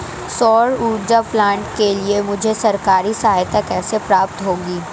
सौर ऊर्जा प्लांट के लिए मुझे सरकारी सहायता कैसे प्राप्त होगी?